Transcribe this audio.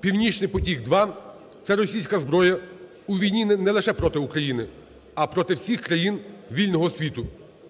"Північний потік-2" – це російська зброя у війні не лише проти України, а проти всіх країн вільного світу.